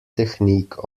technique